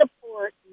support